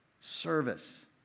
service